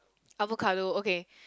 avocado okay